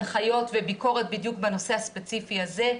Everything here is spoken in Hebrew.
הנחיות וביקורת בדיוק בנושא הספציפי הזה.